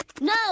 No